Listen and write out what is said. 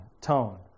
tone